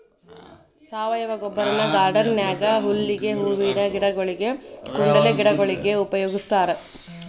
ಸಾವಯವ ಗೊಬ್ಬರನ ಗಾರ್ಡನ್ ನ್ಯಾಗ ಹುಲ್ಲಿಗೆ, ಹೂವಿನ ಗಿಡಗೊಳಿಗೆ, ಕುಂಡಲೆ ಗಿಡಗೊಳಿಗೆ ಉಪಯೋಗಸ್ತಾರ